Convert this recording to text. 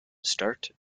start